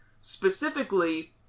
specifically